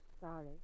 sorry